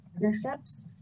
partnerships